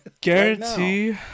Guarantee